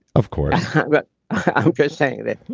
of course but i'm just saying,